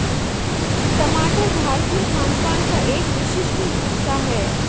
टमाटर भारतीय खानपान का एक विशिष्ट हिस्सा है